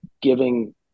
giving